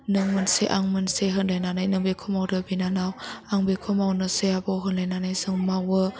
नों मोनसे आं मोनसे होनलायनानैनो नों बेखौ मावदो बिनानाव आं बेखौ मावनोसै आब' होनलायनानै जों मावो